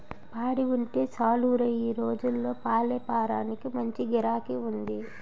పాడి ఉంటే సాలురా ఈ రోజుల్లో పాలేపారానికి మంచి గిరాకీ ఉంది